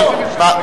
לא,